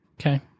Okay